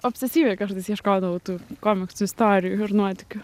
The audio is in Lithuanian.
obsesyviai kartais ieškodavau tų komiksų istorijų ir nuotykių